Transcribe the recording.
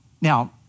Now